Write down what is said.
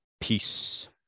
Peace